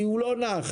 כי הוא לא נח.